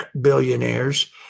billionaires